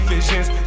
Visions